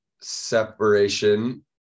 separation